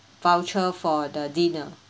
voucher for the dinner